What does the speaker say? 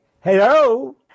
Hello